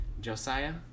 Josiah